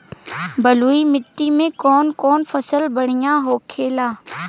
बलुई मिट्टी में कौन कौन फसल बढ़ियां होखेला?